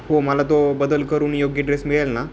हो मला तो बदल करून योग्य ड्रेस मिळेल ना